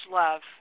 love